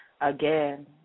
again